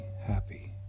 happy